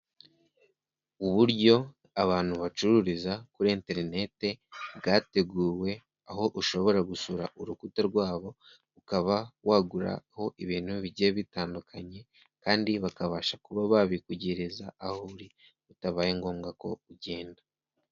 Uburyo abantu bacururiza kuri interineti bwateguwe aho ushobora gusura urukuta rwabo ukaba waguraho ibintu bigiye bitandukanye kandi bakabasha kuba babikugereza aho uri bitabaye ngombwa ko ugenda.